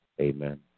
Amen